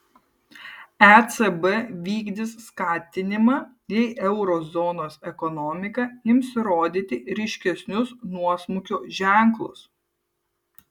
ecb vykdys skatinimą jei euro zonos ekonomika ims rodyti ryškesnius nuosmukio ženklus